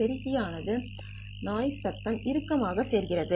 பெருக்கி ஆனது நாய்ஸ் சத்தம் இறுக்கமாக சேர்க்கிறது